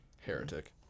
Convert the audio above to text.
Heretic